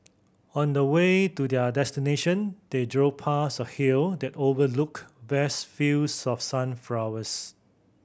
on the way to their destination they drove past a hill that overlooked vast fields of sunflowers